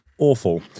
Awful